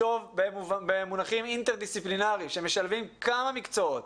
חשיבה אינטר-דסיפלינרית, שמשלבת כמה מקצועות,